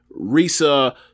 Risa